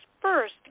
first